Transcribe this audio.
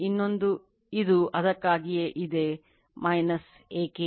ಇನ್ನೊಂದು ಇದು ಅದಕ್ಕಾಗಿಯೇ ಅದು ಏಕೆ